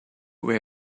where